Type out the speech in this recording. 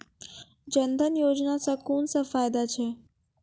जनधन योजना सॅ कून सब फायदा छै?